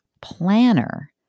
planner